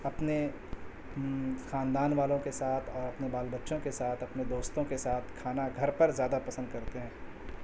اپنے خاندان والوں کے ساتھ اور اپنے بال بچوں کے ساتھ اپنے دوستوں کے ساتھ کھانا گھر پر زیادہ پسند کرتے ہیں